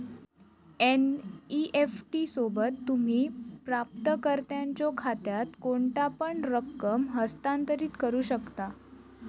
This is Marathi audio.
एन.इ.एफ.टी सोबत, तुम्ही प्राप्तकर्त्याच्यो खात्यात कोणतापण रक्कम हस्तांतरित करू शकता